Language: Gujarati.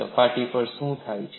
સપાટી પર શું થાય છે